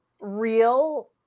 real